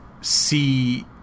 see